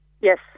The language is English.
Yes